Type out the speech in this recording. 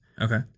Okay